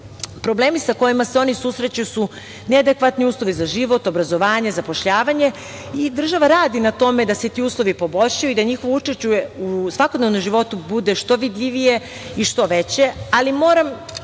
Problemi sa kojima se oni susreću su neadekvatni uslovi za život, obrazovanje, zapošljavanje i država radi na tome da se ti uslovi poboljšaju i da njihovo učešće u svakodnevnom životu bude što vidljivije i što veće, ali moram